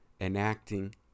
enacting